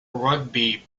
rugby